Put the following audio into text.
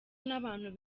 n’abantu